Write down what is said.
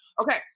Okay